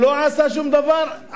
והוא לא עשה שום עוול.